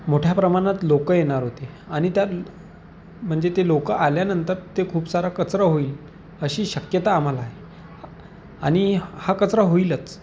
मोठ्या प्रमाणात लोक येणार होते आणि त्या म्हणजे ते लोक आल्यानंतर ते खूप सारा कचरा होईल अशी शक्यता आम्हाला आहे आणि हा कचरा होईलच